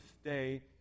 stay